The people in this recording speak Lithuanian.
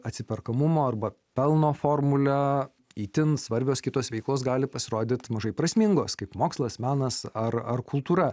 atsiperkamumo arba pelno formulę itin svarbios kitos veiklos gali pasirodyt mažai prasmingos kaip mokslas menas ar ar kultūra